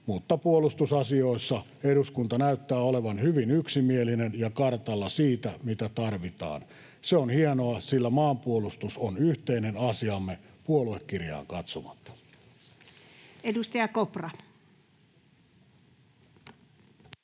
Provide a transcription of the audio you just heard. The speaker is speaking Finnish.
mutta puolustusasioissa eduskunta näyttää olevan hyvin yksimielinen ja kartalla siitä, mitä tarvitaan. Se on hienoa, sillä maanpuolustus on yhteinen asiamme puoluekirjaan katsomatta. [Speech 7]